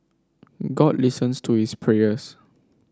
god listens to his prayers